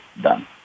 done